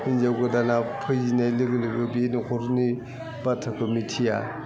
हिनजाव गोदाना फैनाय लोगो लोगो बे नख'रनि बाथ्राखौ मिथिया